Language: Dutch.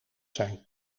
zijn